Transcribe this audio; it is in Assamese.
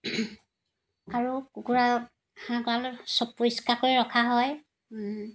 আৰু কুকুৰা হাঁহ গড়ালত চব পৰিষ্কাৰকৈ ৰখা হয়